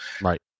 right